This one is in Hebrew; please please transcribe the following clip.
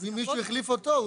אם מישהו החליף אותו,